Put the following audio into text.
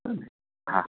હોને હા